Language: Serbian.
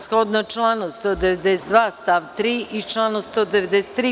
Shodno članu 192. stav 3. i članu 193.